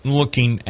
looking